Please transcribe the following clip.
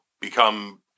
become